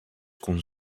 kon